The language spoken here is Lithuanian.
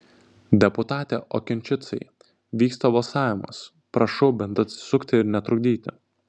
deputate okinčicai vyksta balsavimas prašau bent atsisukti ir netrukdyti